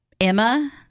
Emma